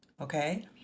okay